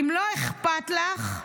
אם לא אכפת לך,